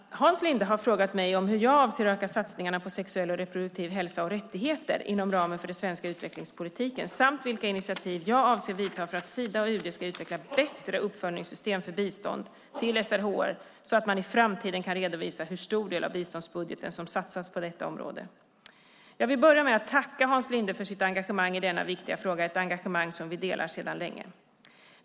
Herr talman! Hans Linde har frågat mig hur jag avser att öka satsningarna på sexuell och reproduktiv hälsa och rättigheter inom ramen för den svenska utvecklingspolitiken, samt vilka initiativ jag avser att ta för att Sida och UD ska utveckla bättre uppföljningssystem för bistånd till SRHR så att man i framtiden kan redovisa hur stor del av biståndsbudgeten som satsas på detta område. Jag vill börja med att tacka Hans Linde för sitt engagemang i denna viktiga fråga, ett engagemang som vi delar sedan länge.